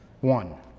One